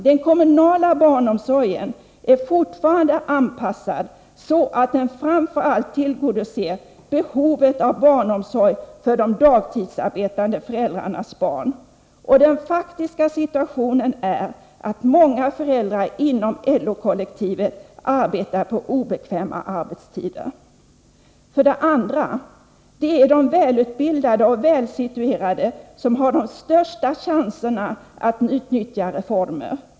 Den kommunala barnomsorgen är fortfarande anpassad så att den framför allt tillgodoser behovet av barnomsorg för de dagtidsarbetande föräldrarnas barn, och den faktiska situationen är att många föräldrar inom LO-kollektivet arbetar på obekväma arbetstider. 2. Det är de välutbildade och välsituerade som har de största chanserna att utnyttja reformen.